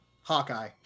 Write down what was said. Hawkeye